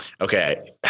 Okay